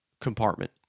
compartment